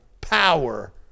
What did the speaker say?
power